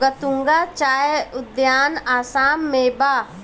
गतूंगा चाय उद्यान आसाम में बा